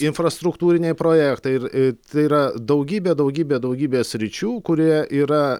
infrastruktūriniai projektai ir tai yra daugybė daugybė daugybė sričių kurie yra